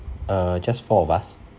uh just four of us